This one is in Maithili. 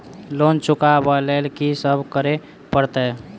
लोन चुका ब लैल की सब करऽ पड़तै?